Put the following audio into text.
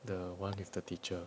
the one with the teacher